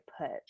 put